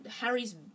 Harry's